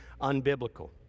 unbiblical